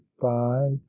Five